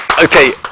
Okay